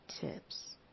tips